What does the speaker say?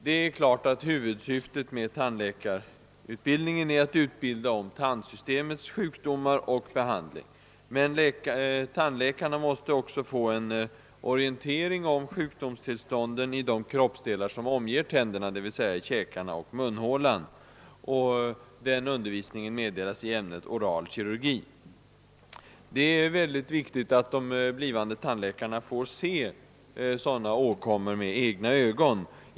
Det är klart att huvudsyftet med tandläkarutbildningen är att utbilda om tandsystemets sjukdomar och behandling. Men tandläkarna måste också få en orientering om sjukdomstillstånden i de kroppsdelar som omger tänderna, d.v.s. käkarna och munhålan, och den undervisningen meddelas i ämnet oral kirurgi. Det är mycket viktigt att de blivande tandläkarna kan studera sådana åkommor med egna ögon.